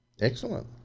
Excellent